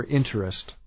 interest